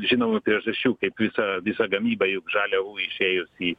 žinomų priežasčių kaip visa visa gamyba juk žaliavų išėjusi į